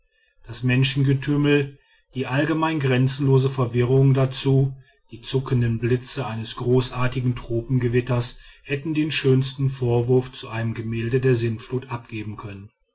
das menschengetümmel die allgemeine grenzenlose verwirrung dazu die zuckenden blitze eines großartigen tropengewitters hätten den schönsten vorwurf zu einem gemälde der sintflut abgeben können